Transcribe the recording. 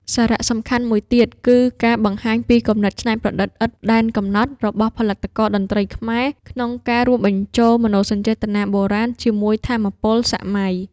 សារៈសំខាន់មួយទៀតគឺការបង្ហាញពីគំនិតច្នៃប្រឌិតឥតដែនកំណត់របស់ផលិតករតន្ត្រីខ្មែរ ក្នុងការរួមបញ្ចូល មនោសញ្ចេតនាបុរាណ ជាមួយ ថាមពលសម័យ។